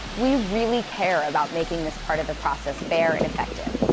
we really care about making this part of the process fair and effective,